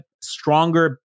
stronger